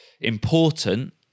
important